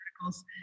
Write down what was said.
Articles